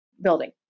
building